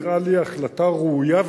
זו נראית לי החלטה ראויה,